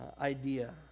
idea